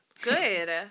good